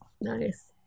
Nice